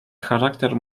charakter